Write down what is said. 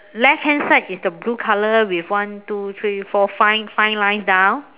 left hand side is the blue color with one two three four five lines down